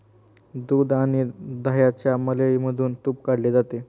दूध आणि दह्याच्या मलईमधून तुप काढले जाते